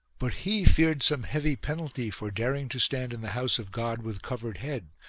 but he feared some heavy penalty for daring to stand in the house of god with covered head,